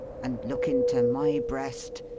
and look into my breast,